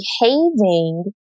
behaving